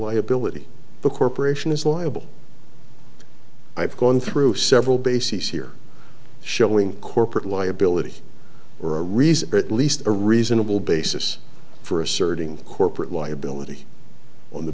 liability the corporation is liable i've gone through several bases here showing corporate liability or a reason or at least a reasonable basis for asserting corporate liability on the